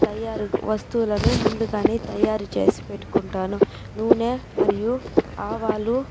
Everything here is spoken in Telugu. తయారు వస్తువులను ముందుగానే తయారు చేసి పెట్టుకుంటాను నూనె మరియు ఆవాలు